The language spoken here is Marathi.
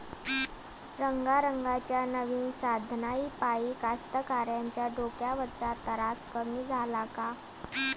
रंगारंगाच्या नव्या साधनाइपाई कास्तकाराइच्या डोक्यावरचा तरास कमी झाला का?